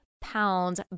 pounds